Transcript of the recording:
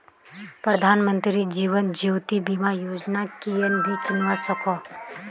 प्रधानमंत्री जीवन ज्योति बीमा योजना कोएन भी किन्वा सकोह